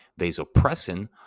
vasopressin